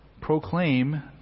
proclaim